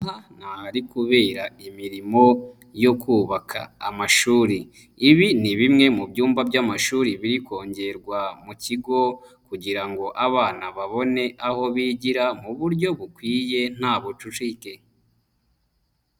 Aha ni ahari kubera imirimo yo kubaka amashuri. Ibi ni bimwe mu byumba by'amashuri biri kongerwa mu kigo kugira ngo abana babone aho bigira mu buryo bukwiye nta bucucike.